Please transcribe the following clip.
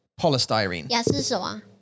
Polystyrene